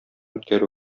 үткәрү